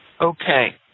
Okay